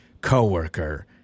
coworker